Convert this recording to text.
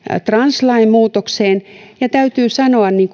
translain muutokseen ja täytyy sanoa niin